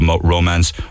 romance